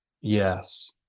Yes